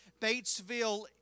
Batesville